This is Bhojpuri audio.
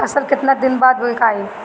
फसल केतना दिन बाद विकाई?